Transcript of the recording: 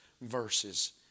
verses